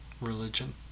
religion